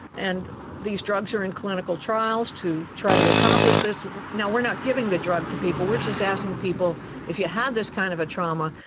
and these drugs are in clinical trials to try to accomplish this. we're not giving the drug to people, we're just asking people if you had this kind of trauma,